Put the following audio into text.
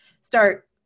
start